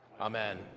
Amen